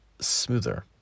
smoother